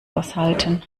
aushalten